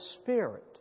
Spirit